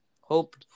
hope